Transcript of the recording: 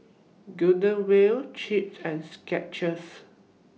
Golden Wheel Chaps and Skechers